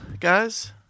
guys